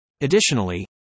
Additionally